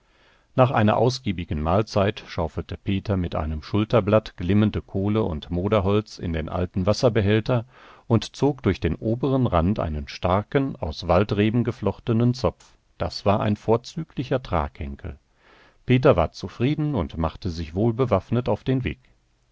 nach einer ausgiebigen mahlzeit schaufelte peter mit einem schulterblatt glimmende kohle und moderholz in den alten wasserbehälter und zog durch den oberen rand einen starken aus waldreben geflochtenen zopf das war ein vorzüglicher traghenkel peter war zufrieden und machte sich wohlbewaffnet auf den weg